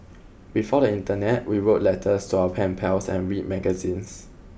before the internet we wrote letters to our pen pals and read magazines